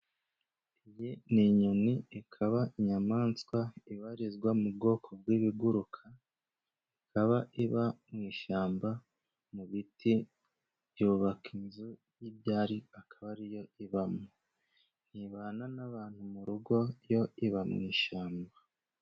Iyi ni inyoni ikaba inyamaswa ibarizwa mu bwoko bw'ibiguruka ikaba iba mu ishyamba mu biti byubaka inzu y'ibyari akaba ariyo ibamo ntibana n'abantu mu rugo yo iba mu ishyamba.